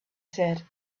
said